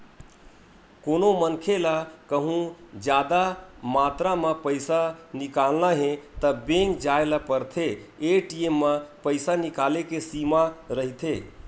कोनो मनखे ल कहूँ जादा मातरा म पइसा निकालना हे त बेंक जाए ल परथे, ए.टी.एम म पइसा निकाले के सीमा रहिथे